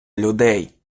людей